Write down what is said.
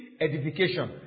edification